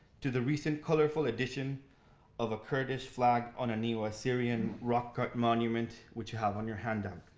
to the recent colorful addition of a kurdish flag on a neo-assyrian rock cut monument, which you have on your hand-out.